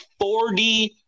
$40